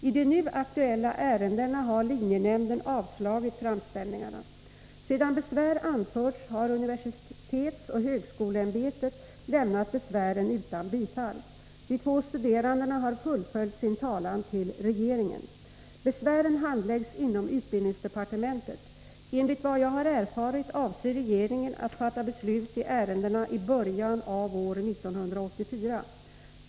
I de nu aktuella ärendena har linjenämnden avslagit framställningarna. Sedan besvär anförts har universitetsoch högskoleämbetet lämnat besvären utan bifall. De två studerandena har fullföljt sin talan till regeringen. Besvären handläggs inom utbildningsdepartementet. Enligt vad jag har erfarit avser regeringen att fatta beslut i ärendena i början av år 1984.